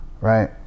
right